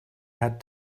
had